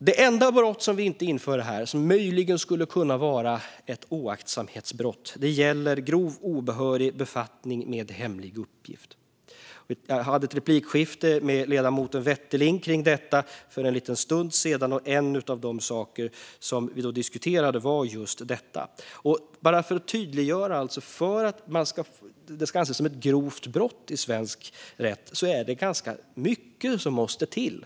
Det enda brott som vi inte inför här som möjligen skulle kunna vara ett oaktsamhetsbrott gäller grov obehörig befattning med hemlig uppgift. Jag hade ett replikskifte med ledamoten Wetterling kring detta för en liten stund sedan, och en av de saker som vi då diskuterade var just detta. Bara för att tydliggöra: För att det ska anses som ett grovt brott i svensk rätt är det ganska mycket som måste till.